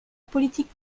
politique